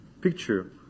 picture